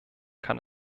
kann